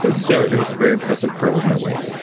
but so it was a very impressive curl with no weight.